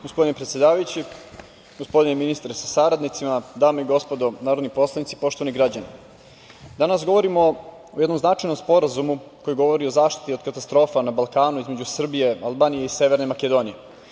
Gospodine predsedavajući, gospodine ministre sa saradnicima, dame i gospodo narodni poslanici, poštovani građani, danas govorimo o jednom značajnom sporazumu koji govori o zaštiti od katastrofa na Balkanu između Srbije, Albanije i Severne Makedonije.